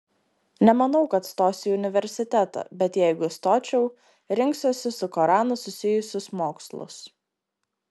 nemanau kad stosiu į universitetą bet jeigu stočiau rinksiuosi su koranu susijusius mokslus